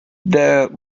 there